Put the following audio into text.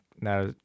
now